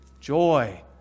joy